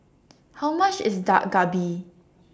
How much IS Dak Galbi